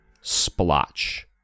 splotch